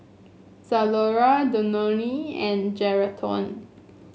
Zalora Danone and Geraldton